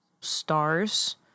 stars